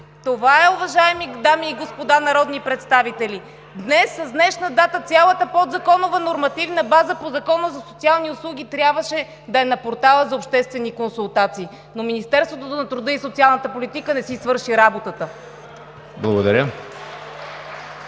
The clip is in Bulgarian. Това е, уважаеми дами и господа народни представители! С днешна дата цялата подзаконова нормативна база по Закона за социалните услуги трябваше да е на Портала за обществени консултации, но Министерството на труда и социалната политика не си свърши работата.